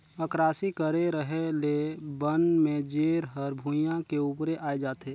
अकरासी करे रहें ले बन में जेर हर भुइयां के उपरे आय जाथे